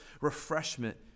refreshment